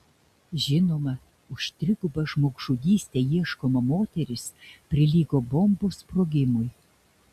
žinoma už trigubą žmogžudystę ieškoma moteris prilygo bombos sprogimui